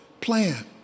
plan